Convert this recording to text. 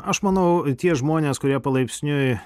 aš manau tie žmonės kurie palaipsniui